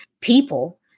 people